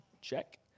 check